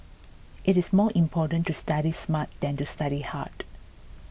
it is more important to study smart than to study hard